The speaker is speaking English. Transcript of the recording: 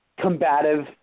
combative